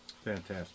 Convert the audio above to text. Fantastic